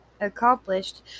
accomplished